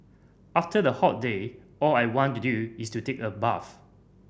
after a hot day all I want to do is to take a bath